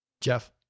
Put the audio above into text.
Jeff